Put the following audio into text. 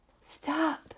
stop